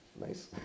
nice